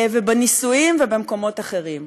ובנישואים, ובמקומות אחרים.